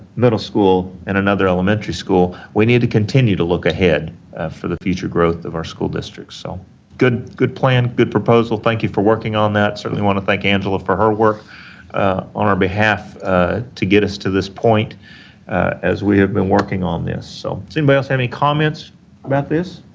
middle school, and another elementary school, we need to continue to look ahead for the future growth of our school district, so good good plan, good proposal. thank you for working on that. i certainly want to thank angela for her work on our behalf to get us to this point as we have been working on this, so, does anybody else have any comments about this?